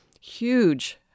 Huge